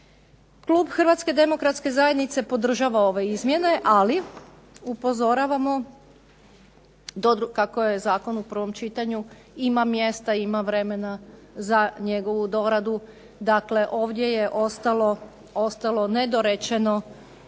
Klub Hrvatske demokratske zajednice podržava ove izmjene, ali upozoravamo kako je zakon u prvom čitanju, ima mjesta, ima vremena za njegovu doradu. Dakle ovdje je ostalo nedorečeno,